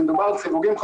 לשמוע את כולם מתייפייפים.